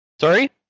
sorry